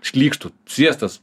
šlykštu sviestas